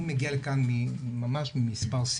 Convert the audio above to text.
אני מגיע לכאן ממש ממספר סיבות,